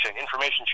information